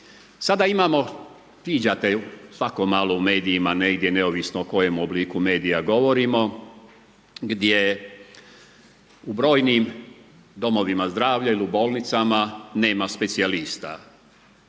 Sada imamo, viđate svako malo u medijima, negdje neovisno o kojem obliku medijima govorimo, gdje u brojnim domovima zdravlja ili u bolnicama nema specijalista.